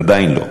עדיין לא,